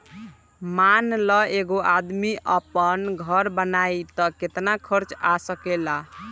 मान ल एगो आदमी आपन घर बनाइ त केतना खर्च आ सकेला